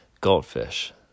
Goldfish